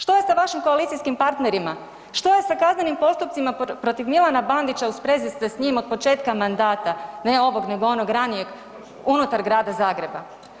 Što je s vašim koalicijskim partnerima, što je sa kaznenim postupcima protiv Milana Bandića u sprezi ste s njim od početka mandata ne ovog nego onog ranijeg unutar Grada Zagreba?